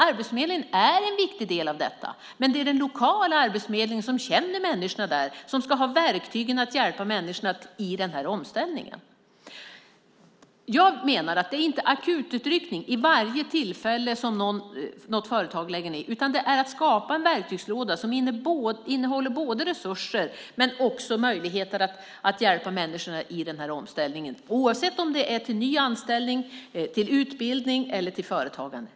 Arbetsförmedlingen är en viktig del av detta, men det är den lokala arbetsförmedlingen, som känner människorna, som ska ha verktygen att hjälpa människorna i omställningen. Det handlar inte om akututryckning vid varje tillfälle då ett företag lägger ned, utan om att skapa en verktygslåda som innehåller både resurser och möjligheter att hjälpa människorna i omställningen, oavsett om det är till ny anställning, till utbildning eller till företagande.